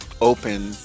open